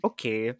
Okay